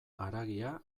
haragia